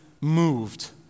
moved